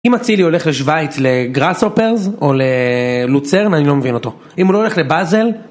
אם אצילי הולך לשוויץ לגראסהופרס או ללוצרן אני לא מבין אותו, אם הוא לא הולך לבאזל